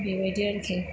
बेबायदि आरोखि